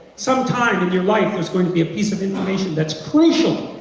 some time in your life there's going to be a piece of information that's crucial,